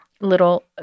little